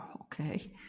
okay